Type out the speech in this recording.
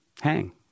hang